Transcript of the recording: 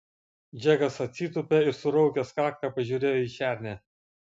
džekas atsitūpė ir suraukęs kaktą pažiūrėjo į šernę